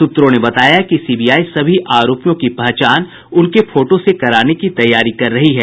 सूत्रों ने बताया कि सीबीआई सभी आरोपियों की पहचान उनके फोटो से कराने की तैयारी कर रही है